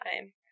time